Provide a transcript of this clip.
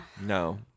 No